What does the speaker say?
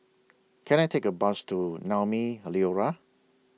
Can I Take A Bus to Naumi Liora